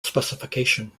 specification